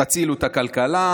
תצילו את הכלכלה,